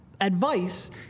advice